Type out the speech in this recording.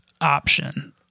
option